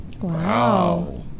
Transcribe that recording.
Wow